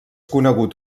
conegut